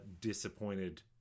disappointed